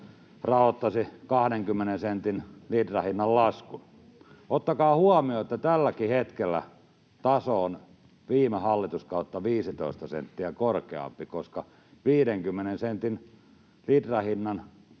rahoittaisivat 20 sentin litrahinnan laskun. Ottakaa huomioon, että tälläkin hetkellä taso on viime hallituskautta 15 senttiä korkeampi, koska 50 sentin litrahinnan